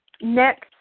next